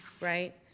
right